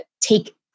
take